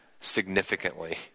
significantly